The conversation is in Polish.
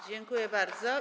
Dziękuję bardzo.